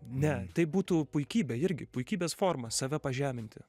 ne tai būtų puikybė irgi puikybės forma save pažeminti